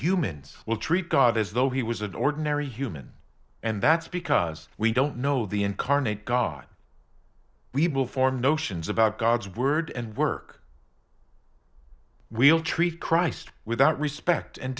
humans will treat god as though he was an ordinary human and that's because we don't know the incarnate god we will form notions about god's word and work we'll treat christ without respect and